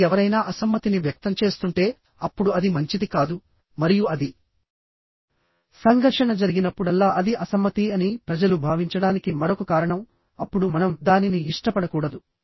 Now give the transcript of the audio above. కానీ ఎవరైనా అసమ్మతిని వ్యక్తం చేస్తుంటే అప్పుడు అది మంచిది కాదు మరియు అది సంఘర్షణ జరిగినప్పుడల్లా అది అసమ్మతి అని ప్రజలు భావించడానికి మరొక కారణం అప్పుడు మనం దానిని ఇష్టపడకూడదు